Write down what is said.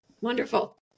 Wonderful